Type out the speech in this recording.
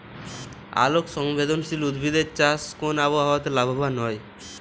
আলোক সংবেদশীল উদ্ভিদ এর চাষ কোন আবহাওয়াতে লাভবান হয়?